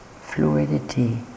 fluidity